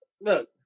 Look